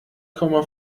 komma